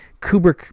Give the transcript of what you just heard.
Kubrick